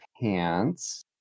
pants